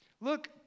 Look